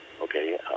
okay